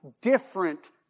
different